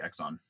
Exxon